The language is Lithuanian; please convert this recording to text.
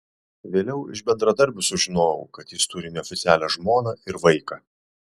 vėliau iš bendradarbių sužinojau kad jis turi neoficialią žmoną ir vaiką